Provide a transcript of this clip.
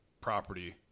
property